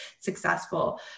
successful